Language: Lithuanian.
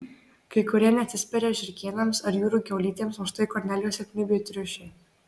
kai kurie neatsispiria žiurkėnams ar jūrų kiaulytėms o štai kornelijos silpnybė triušiai